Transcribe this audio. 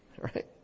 Right